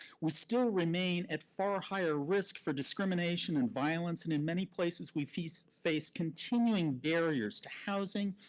we still remain at far higher risk for discrimination and violence, and in many places we face face continuing barriers to housing,